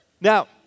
Now